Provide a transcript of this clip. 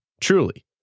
truly